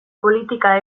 politika